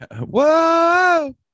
Whoa